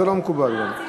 זה לא מקובל גם.